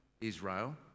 Israel